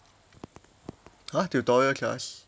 !huh! tutorial class